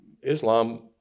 Islam